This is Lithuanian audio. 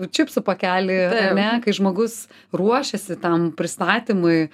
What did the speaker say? čipsų pakelį ar ne kai žmogus ruošiasi tam pristatymui